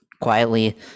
quietly